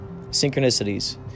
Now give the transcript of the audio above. synchronicities